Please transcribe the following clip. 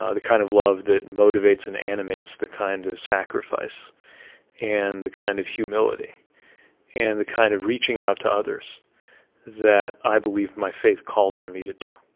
the kind of love that motivates and animates the kind of sacrifice and the kind of humility and the kind of reaching out to others that i believe my faith calls on me to do,